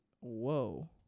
Whoa